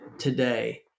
today